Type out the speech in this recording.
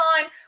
time